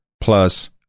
plus